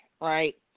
right